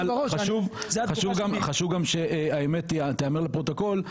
אבל חשוב גם שהאמת תאמר לפרוטוקול,